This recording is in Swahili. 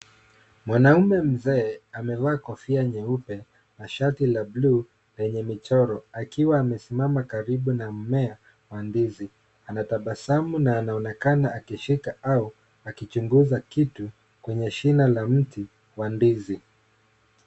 Mwanaume mzee amevaa kofia nyeupe na shati la bluu lenye michoro akiwa amesimama karibu na mmea wa ndizi. Anatabasamu na anaonekana akishika au akichunguza kitu kwenye shina la mti wa ndizi.